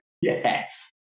Yes